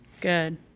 Good